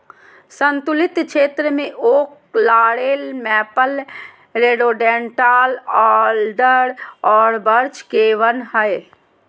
सन्तुलित क्षेत्र में oak, laurel, maple, rhododendron, alder और बर्च के वन हइ